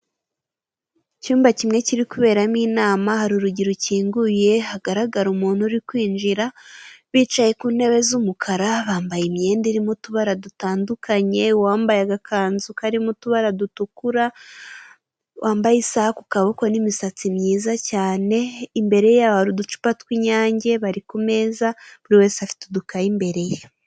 Icyumba kimwe kiri kuberamo inama hari urugi rukinguye hagaragara umuntu uri kwinjira bicaye ku ntebe z'umukara bambaye imyenda irimo utubara dutandukanye uwambaye agakanzu karimo utubara dutukura wambaye isaha ku kaboko n'imisatsi myiza cyane, imbere yabo hari uducupa tw'Inyange bari ku meza buri wese afite udukaye imbere ye.